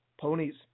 ponies